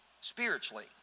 spiritually